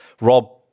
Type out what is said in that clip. Rob-